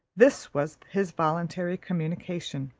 this was his voluntary communication